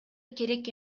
керек